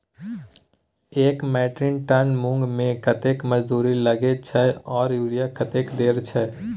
एक metric ton मूंग में कतेक मजदूरी लागे छै आर यूरिया कतेक देर छै?